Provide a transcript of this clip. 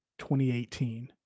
2018